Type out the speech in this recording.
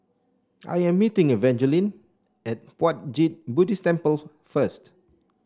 I am meeting Evangeline at Puat Jit Buddhist Temple first